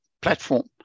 platform